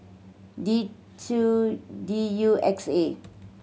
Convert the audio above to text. T two D U X A